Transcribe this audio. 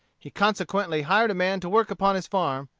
he consequently hired a man to work upon his farm,